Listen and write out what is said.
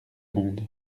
monde